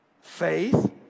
faith